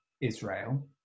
Israel